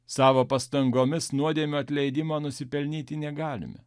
savo pastangomis nuodėmių atleidimo nusipelnyti negalime